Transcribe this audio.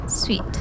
Sweet